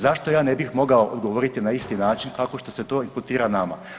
Zašto ja ne bih mogao odgovoriti na isti način kako što se to imputira nama?